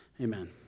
Amen